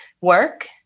work